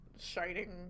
Shining